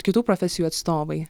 kitų profesijų atstovai